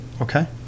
Okay